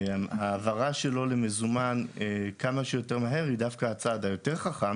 העברה שלו למזומן כמה שיותר מהר היא דווקא הצעד היותר חכם